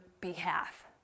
behalf